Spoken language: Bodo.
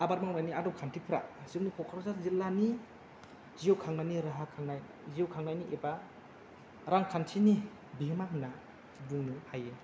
आबाद मावनायनि आदब खान्थिफ्रा जोंनि क'क्राझार जिल्लानि जिउ खांनायनि राहा खांनाय जिउ खांनायनि एबा रांखान्थिनि बिहोमा होनना बुंनो हायो